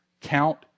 Count